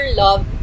love